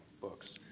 books